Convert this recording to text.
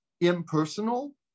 impersonal